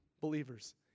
believers